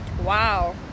Wow